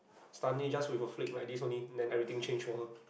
suddenly just with a flip like this only then everything changed for her